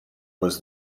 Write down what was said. was